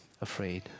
afraid